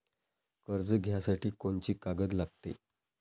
कर्ज घ्यासाठी कोनची कागद लागते?